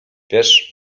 wiesz